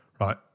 right